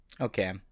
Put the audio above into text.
Okay